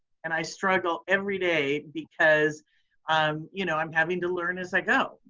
and i struggle every day because um you know i'm having to learn as i go,